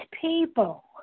people